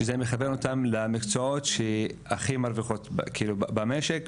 שזה מחבר אותם למקצועות שהכי מרוויחות במשק.